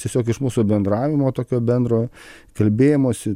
tiesiog iš mūsų bendravimo tokio bendro kalbėjimosi